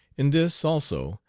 in this, also,